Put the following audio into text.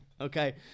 okay